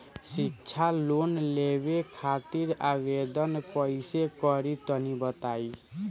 शिक्षा लोन लेवे खातिर आवेदन कइसे करि तनि बताई?